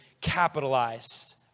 capitalized